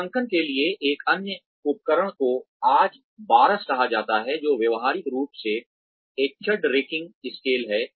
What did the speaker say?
मूल्यांकन के लिए एक अन्य उपकरण को आज बॉरस कहा जाता है जो व्यवहारिक रूप से एंच्च्ड रेटिंग स्केल है